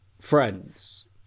friends